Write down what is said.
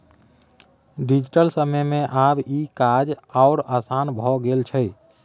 digital समय मे आब ई काज आओर आसान भए गेल छै